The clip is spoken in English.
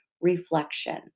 reflection